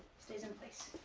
stays in place.